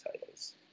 titles